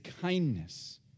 kindness